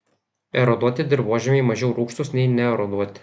eroduoti dirvožemiai mažiau rūgštūs nei neeroduoti